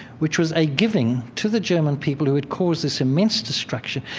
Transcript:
which was a giving to the german people who had cause this immense destruction.